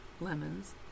lemons